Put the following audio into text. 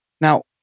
Now